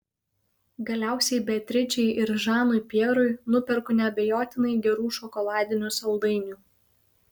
galiausiai beatričei ir žanui pjerui nuperku neabejotinai gerų šokoladinių saldainių